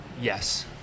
yes